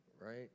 right